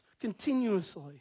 continuously